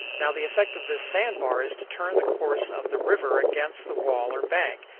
now the effect of this sand bar is to turn the course of the river against the wall or bank,